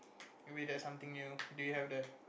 maybe that's something new do you have that